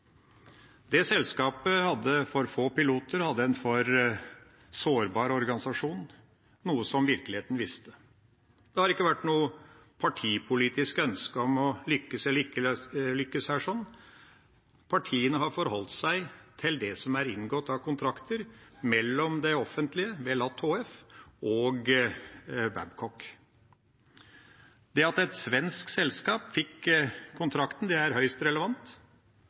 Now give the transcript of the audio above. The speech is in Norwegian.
Det selskapet hadde for få piloter og hadde en for sårbar organisasjon, noe som virkeligheten viste. Det har ikke vært noe partipolitisk ønske om å lykkes eller ikke lykkes her. Partiene har forholdt seg til det som er inngått av kontrakter mellom det offentlige, ved Luftambulansen HF, og Babcock. Det at et svensk selskap fikk kontrakten, er høyst relevant,